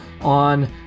on